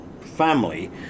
family